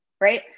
right